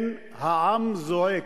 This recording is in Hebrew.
כן, העם זועק.